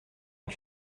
est